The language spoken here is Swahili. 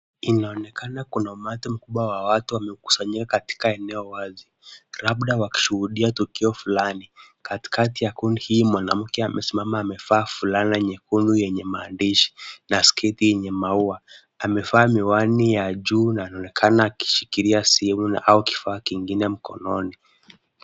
Inaonekana kuna umati mkubwa wa watu wamekusanyika katika eneo wazi labda wakishuhudia tukio fulani. Katikati ya kundi hii mwanamke amesimama amevaa fulana nyekundu yenye maandishi na sketi yenye maua. Amevaa miwani ya juu na anaonekana akishikilia simu au kifaa kingine mkononi.